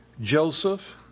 Joseph